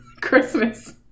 Christmas